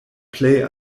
plej